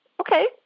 okay